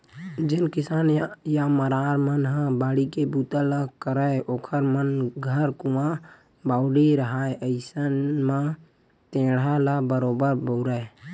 जेन किसान या मरार मन ह बाड़ी के बूता ल करय ओखर मन घर कुँआ बावली रहाय अइसन म टेंड़ा ल बरोबर बउरय